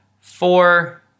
four